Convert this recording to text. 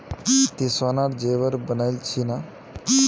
ती सोनार जेवर बनइल छि न